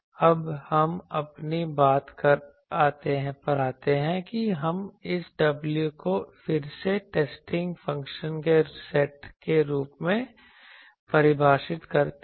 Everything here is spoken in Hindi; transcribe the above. अब हम अपनी बात पर आते हैं कि हम इस w को फिर से परीक्षण फ़ंक्शन के सेट के रूप में परिभाषित करते हैं